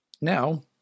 Now